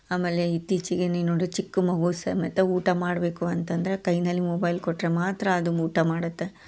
ಆಮೇಲೆ ಇತ್ತೀಚಿಗೆ ಚಿಕ್ಕ ಮಗು ಸಮೇತ ಊಟ ಮಾಡಬೇಕು ಅಂತ ಅಂದರೆ ಕೈಯಲ್ಲಿ ಮೊಬೈಲ್ ಕೊಟ್ಟರೆ ಮಾತ್ರ ಅದು ಊಟ ಮಾಡುತ್ತೆ